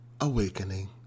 awakening